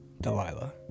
delilah